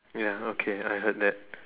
ya okay I heard that